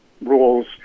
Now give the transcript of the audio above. rules